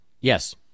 Yes